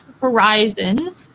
horizon